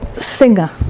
singer